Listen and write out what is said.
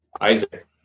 Isaac